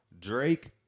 Drake